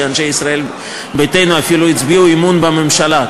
שאנשי ישראל ביתנו אפילו הצביעו אמון בממשלה.